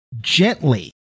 gently